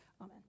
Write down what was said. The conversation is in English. Amen